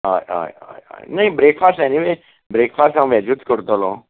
हय हय हय हय न्ही ब्रेकफास्ट एनिवेज ब्रेकफास्ट हांव वॅजूत करतलों